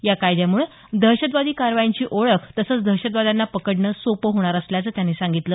या कायद्यामुळं दहशतवादी कारवायांची ओळख़ तसंच दहशतवाद्यांना पकडणं सोपं होणार असल्याचं त्यांनी सांगितलं